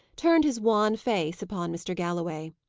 turned his wan face upon mr. galloway.